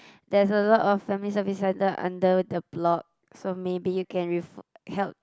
there's a lot of family service center under the block so maybe you can refer help